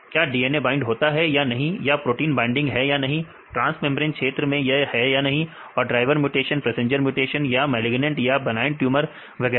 क्या DNA bind होता है या नहीं या प्रोटीन बाइंडिंग है या नहीं ट्रांस मेंब्रेन क्षेत्र है या नहीं और ड्राइवर म्यूटेशन पैसेंजर म्यूटेशन या मैंलिगमेंट या यह बनाईन ट्यूमर वगैरह